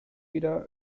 wieder